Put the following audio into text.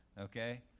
Okay